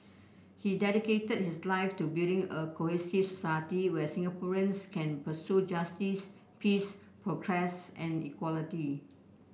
he dedicated his life to building a cohesive society where Singaporeans can pursue justice peace progress and equality